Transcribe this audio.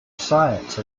science